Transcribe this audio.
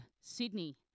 Sydney